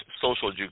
Social